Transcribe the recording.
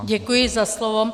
Děkuji za slovo.